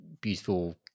beautiful